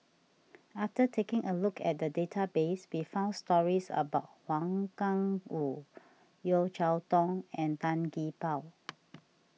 after taking a look at the database we found stories about Wang Gungwu Yeo Cheow Tong and Tan Gee Paw